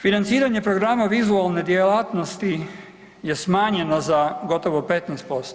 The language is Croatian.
Financiranje programa vizualne djelatnosti je smanjeno za gotovo 15%